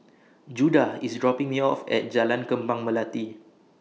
Judah IS dropping Me off At Jalan Kembang Melati